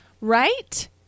right